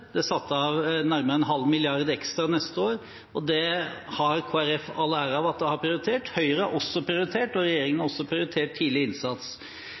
Det er satt av nærmere en halv milliard kroner ekstra neste år, og Kristelig Folkeparti har all ære av at de har prioritert det. Høyre og regjeringen har også prioritert tidlig innsats.